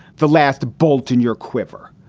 the last bullet in your quiver.